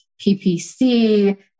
PPC